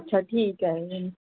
अच्छा ठीक आहे